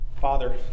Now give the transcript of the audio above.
Father